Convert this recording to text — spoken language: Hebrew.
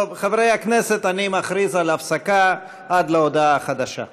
חברי הכנסת, אני מכריז על הפסקה עד להודעה חדשה.